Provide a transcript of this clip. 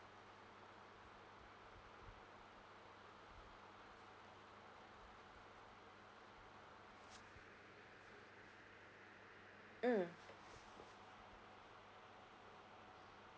mm